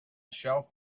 shelf